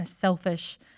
selfish